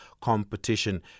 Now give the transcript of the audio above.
competition